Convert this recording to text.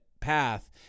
path